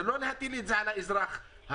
לא להטיל את זה על האזרח הפשוט.